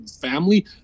family